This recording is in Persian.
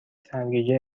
سرگیجه